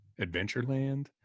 Adventureland